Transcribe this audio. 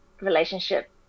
relationship